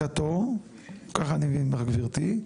אז כך אני מבין ממך גברתי.